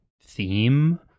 theme